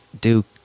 Duke